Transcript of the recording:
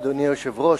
אדוני היושב-ראש,